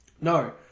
No